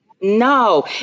No